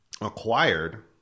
acquired